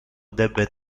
debe